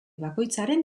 bakoitzaren